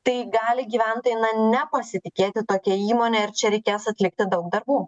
tai gali gyventojai nepasitikėti tokia įmone ir čia reikės atlikti daug darbų